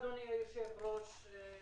אדוני היושב-ראש,